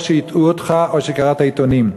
או שהטעו אותך או שקראת עיתונים.